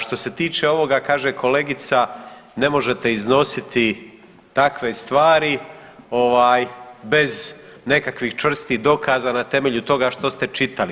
Što se tiče ovoga, kaže kolegica, ne možete iznositi takve stvari bez nekakvih čvrstih dokaza na temelju toga što ste čitali.